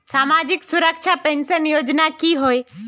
सामाजिक सुरक्षा पेंशन योजनाएँ की होय?